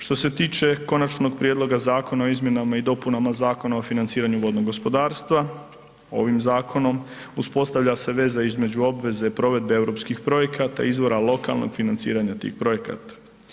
Što se tiče Konačnog prijedloga Zakona o izmjenama i dopunama Zakona o financiranju vodnog gospodarstva, ovim zakonom uspostavlja se veza između obveze provedbe europskih projekata, izvora lokalnog financiranja tih projekata.